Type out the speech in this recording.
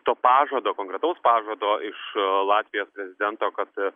to pažado konkretaus pažado iš latvijos prezidento kad